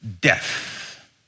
death